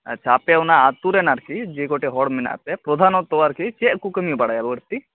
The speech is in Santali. ᱟᱪᱷᱟ ᱟᱯᱮ ᱚᱱᱟ ᱟᱹᱛᱩ ᱨᱮᱱ ᱟᱨᱠᱤ ᱡᱮ ᱠᱚᱴᱤ ᱦᱚᱲ ᱢᱮᱱᱟᱜ ᱯᱮ ᱯᱚᱨᱫᱷᱟᱱᱚᱛ ᱟᱨᱠᱤ ᱪᱮᱫ ᱠᱚ ᱠᱟᱹᱢᱤ ᱵᱟᱲᱟᱭᱟ ᱵᱟᱹᱲᱛᱤ